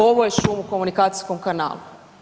Ovo je šum u komunikacijskom kanalu.